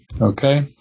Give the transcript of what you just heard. okay